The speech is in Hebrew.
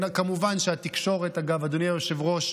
כמובן שהתקשורת, אגב, אדוני היושב-ראש,